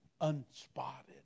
unspotted